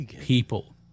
people